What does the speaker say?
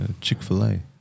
Chick-fil-A